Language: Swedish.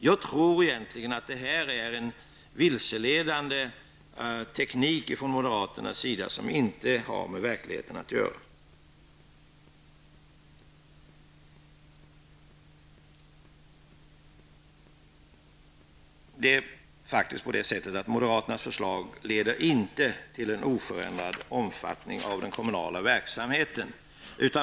Jag tror att detta är en vilseledande teknik från moderaterna som inte har med verkligheten att göra. Moderaternas förslag leder faktiskt inte till en oförändrad omfattning av den kommunala verksamheten.